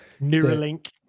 Neuralink